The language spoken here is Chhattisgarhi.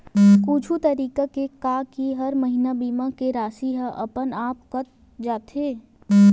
कुछु तरीका हे का कि हर महीना बीमा के राशि हा अपन आप कत जाय?